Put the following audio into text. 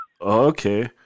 Okay